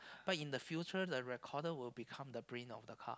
but in the future the recorder will become the brain of the car